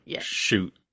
shoot